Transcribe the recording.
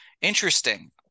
Interesting